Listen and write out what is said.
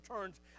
turns